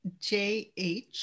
JH